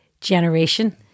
generation